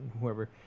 whoever